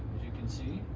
you can see.